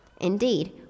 Indeed